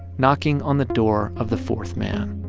knocking on the door of the fourth man